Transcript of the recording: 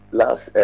last